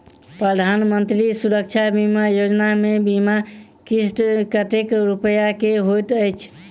प्रधानमंत्री सुरक्षा बीमा योजना मे बीमा किस्त कतेक रूपया केँ होइत अछि?